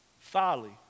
folly